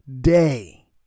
day